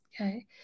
Okay